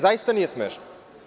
Zaista nije smešno.